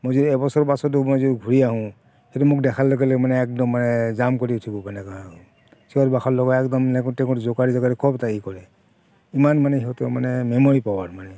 মই যদি এবছৰ পাছতো মই যদি ঘূৰি আহোঁ সিহঁতে মোক দেখাৰ লগে লগে মানে একদম মানে জাম্প কৰি উঠিব তেনেকুৱা আৰু চিঞৰ বাখৰ লগাই একদম গোটেই জোকাৰি জোকাৰি ইমান মানে সিহঁতৰ মানে মেম'ৰি পাৱাৰ মানে